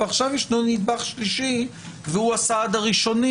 ועכשיו יש נדבך שלישי והוא הסעד הראשוני,